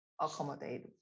accommodate